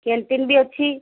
canteen ବି ଅଛି